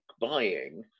buying